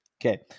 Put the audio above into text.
Okay